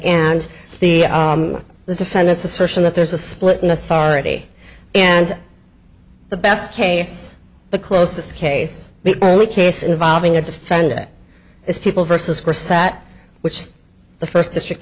and the the defendant's assertion that there's a split in authority and the best case the closest case the only case involving a defendant is people versus her sat which the first district